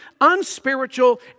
unspiritual